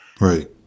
Right